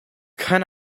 can